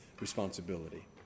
responsibility